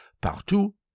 partout